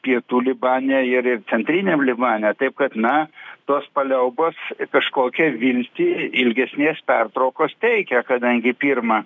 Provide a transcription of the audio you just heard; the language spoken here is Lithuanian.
pietų libane ir ir centriniam libane taip kad na tos paliaubos kažkokią viltį ilgesnės pertraukos teikia kadangi pirma